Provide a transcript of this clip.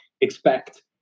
expect